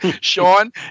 Sean